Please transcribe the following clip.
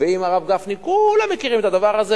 ועם הרב גפני, כולם מכירים את הדבר הזה.